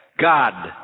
God